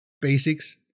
basics